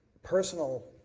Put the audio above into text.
personal